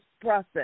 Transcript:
process